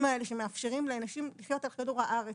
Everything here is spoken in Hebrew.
האלה שמאפשרים לאנשים לחיות על כדור הארץ,